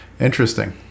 Interesting